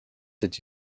did